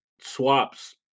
swaps